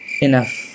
enough